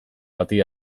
bati